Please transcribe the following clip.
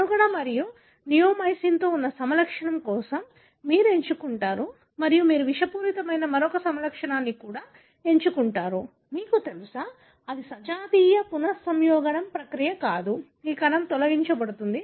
మనుగడ మరియు నియోమైసిన్తో ఉన్న సమలక్షణం కోసం మీరు ఎంచుకుంటారు మరియు మీరు విషపూరితమైన మరొక సమలక్షణాన్ని కూడా ఎంచుకుంటారు మీకు తెలుసా ఇది జన్యువుతో కలిసిపోతే మీకు తెలుసు ఇది సజాతీయ పునఃసంయోగ ప్రక్రియ కాదు ఈ కణం తొలగించబడుతుంది